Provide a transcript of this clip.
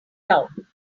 down